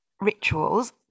rituals